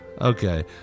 Okay